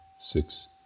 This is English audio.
six